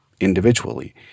individually